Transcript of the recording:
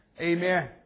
Amen